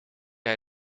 hij